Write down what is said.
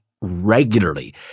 regularly